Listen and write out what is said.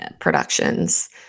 productions